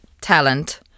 talent